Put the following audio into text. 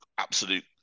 absolute